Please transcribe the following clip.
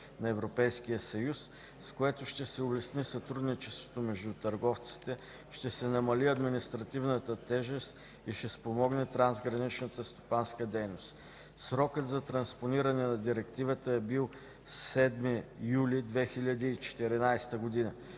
на Европейския съюз, с което ще се улесни сътрудничеството между търговците, ще се намали административната тежест и ще спомогне трансграничната стопанска дейност. Срокът за транспониране на директивата е бил 07 юли 2014 г.